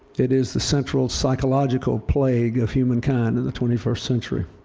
it is the central psychological plague of humankind in the twenty first century.